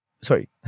sorry